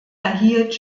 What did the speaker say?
erhielt